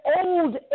old